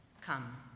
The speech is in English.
Come